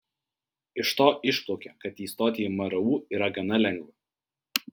iš to išplaukia kad įstoti į mru yra gana lengva